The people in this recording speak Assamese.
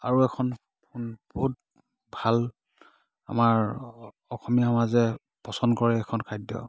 আৰু এখন সুন বহুত ভাল আমাৰ অসমীয়া সমাজে পচন্দ কৰে সেইখন খাদ্য